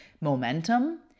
momentum